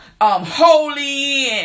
holy